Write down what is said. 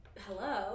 hello